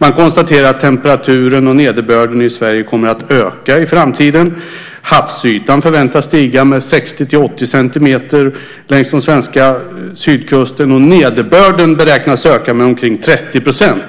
Man konstaterade att temperaturen och nederbörden i Sverige kommer att öka i framtiden, och havsytan förväntas stiga med 60-80 centimeter längs den svenska sydkusten. Nederbörden beräknas öka med omkring 30 %